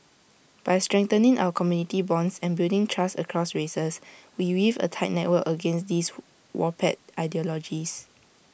by strengthening our community bonds and building trust across races we weave A tight network against these who warped ideologies